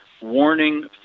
warning